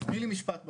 תני לי משפט בסוף.